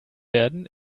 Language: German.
werden